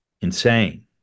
insane